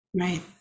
Right